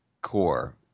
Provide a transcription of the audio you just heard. core